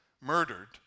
murdered